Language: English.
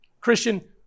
Christian